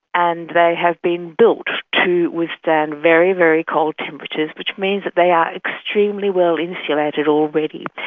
and they have been built to withstand very, very cold temperatures, which means that they are extremely well insulated already.